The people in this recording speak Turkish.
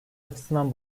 açısından